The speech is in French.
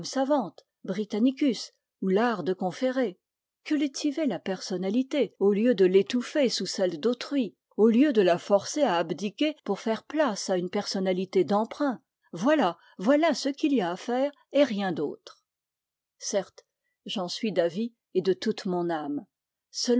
britannicus ou l'art de conférer cultiver la personnalité au lieu de l'étouffer sous celles d'autrui au lieu de la forcer à abdiquer pour faire place à une personnalité d'emprunt voilà voilà ce qu'il y a à faire et rien autre certes j'en suis d'avis et de toute mon âme